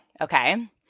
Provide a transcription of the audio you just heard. okay